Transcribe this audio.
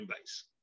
base